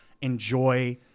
enjoy